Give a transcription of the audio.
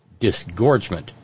disgorgement